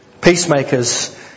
Peacemakers